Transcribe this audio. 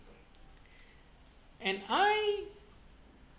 and I